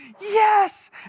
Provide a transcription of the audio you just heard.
Yes